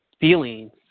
feelings